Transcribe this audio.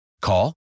Call